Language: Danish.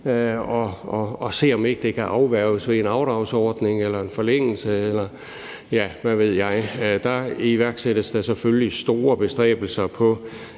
at se, om ikke det kan afværges ved en afdragsordning, en forlængelse, eller hvad ved jeg. Der iværksættes der selvfølgelig store bestræbelser på